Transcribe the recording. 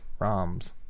ROMs